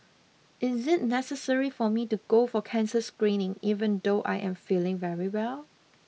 is it necessary for me to go for cancer screening even though I am feeling very well